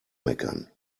meckern